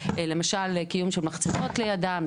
למשל קיום של מחצבות לידם,